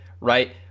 right